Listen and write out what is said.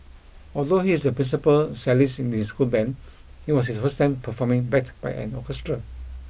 although he is the principal cellist in his school band it was his first time performing backed by an orchestra